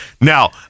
Now